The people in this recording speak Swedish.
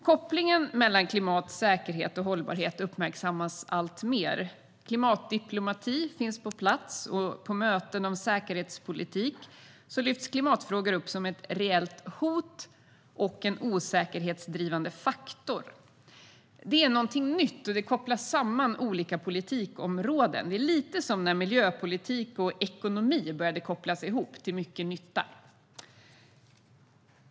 Kopplingen mellan klimat, säkerhet och hållbarhet uppmärksammas alltmer. Klimatdiplomati finns på plats, och på möten om säkerhetspolitik lyfts klimatfrågor upp som ett reellt hot och en osäkerhetsdrivande faktor. Det är något nytt och kopplar samman olika politikområden. Det är lite som när miljöpolitik och ekonomi började kopplas ihop, till mycket nytta.